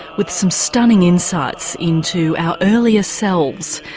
with some stunning insights into our earlier selves,